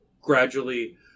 gradually